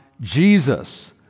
Jesus